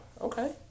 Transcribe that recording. okay